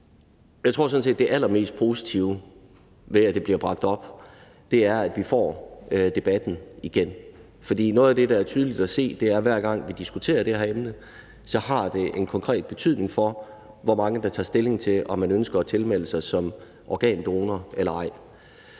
Jeg tror sådan set, at det allermest positive, ved at det bliver bragt op, er, at vi får debatten igen. For noget af det, der er tydeligt at se, er, at hver gang vi diskuterer det her emne, har det en konkret betydning for, hvor mange der tager stilling til, om man ønsker at tilmelde sig som organdonor eller ej.